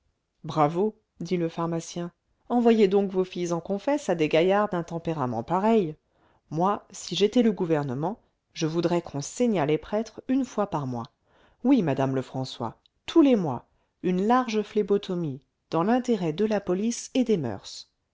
bravo dit le pharmacien envoyez donc vos filles en confesse à des gaillards d'un tempérament pareil moi si j'étais le gouvernement je voudrais qu'on saignât les prêtres une fois par mois oui madame lefrançois tous les mois une large phlébotomie dans l'intérêt de la police et des moeurs